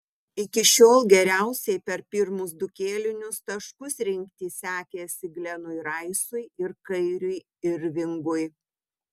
iki šiol geriausiai per pirmus du kėlinius taškus rinkti sekėsi glenui raisui ir kairiui irvingui